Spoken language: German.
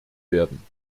werden